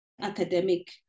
Academic